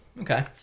Okay